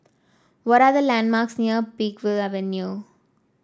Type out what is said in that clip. what are the landmarks near Peakville Avenue